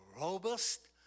robust